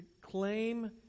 claim